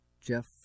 Jeff